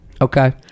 Okay